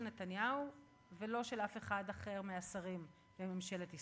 נתניהו ולא של אף אחד אחר מהשרים בממשלת ישראל.